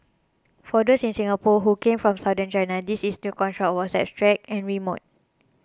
for those in Singapore who came from Southern China this is new construct was abstract and remote